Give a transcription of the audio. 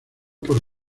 por